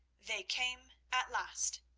they came at last.